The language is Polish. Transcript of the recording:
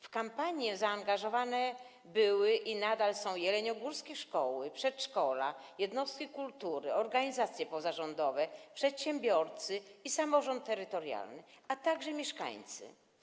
W kampanię zaangażowane były i nadal są jeleniogórskie szkoły, przedszkola, jednostki kultury, organizacje pozarządowe, przedsiębiorcy i samorząd terytorialny, a także mieszkańcy.